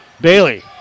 Bailey